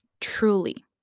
truly